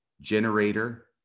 generator